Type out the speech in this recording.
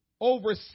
over